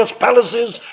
palaces